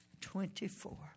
twenty-four